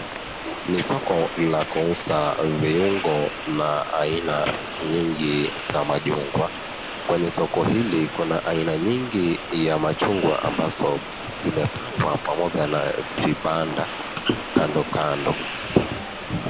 Ni soko la kuuza viungo na aina nyingi za machungwa. Kwenye soko hili kuna aina nyingi ya machungwa ambazo zimepangwa pamoja na vibanda kando kando.